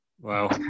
Wow